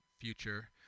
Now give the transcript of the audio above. future